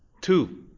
two